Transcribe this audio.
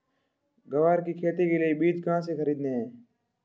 ग्वार की खेती के लिए बीज कहाँ से खरीदने हैं?